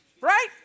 Right